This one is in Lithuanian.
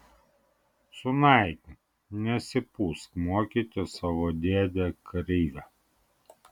sūnaiti nesipūsk mokyti savo dėdę krivę